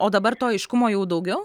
o dabar to aiškumo jau daugiau